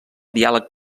diàleg